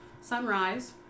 Sunrise